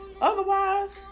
Otherwise